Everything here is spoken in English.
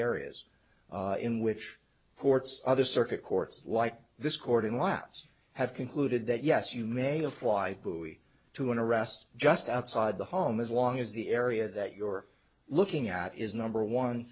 areas in which courts other circuit courts like this court in lats have concluded that yes you may apply to an arrest just outside the home as long as the area that you're looking at is number one